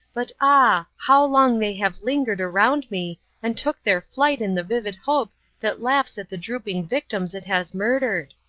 but ah! how long they have lingered around me and took their flight in the vivid hope that laughs at the drooping victims it has murdered.